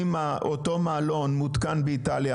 אם אותו מעלון מותקן באיטליה,